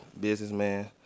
businessman